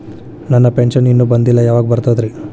ನನ್ನ ಪೆನ್ಶನ್ ಇನ್ನೂ ಬಂದಿಲ್ಲ ಯಾವಾಗ ಬರ್ತದ್ರಿ?